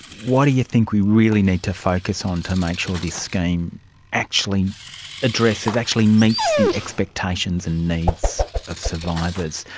what do you think we really need to focus on to make sure this scheme actually addresses, actually meet the expectations and needs of survivors?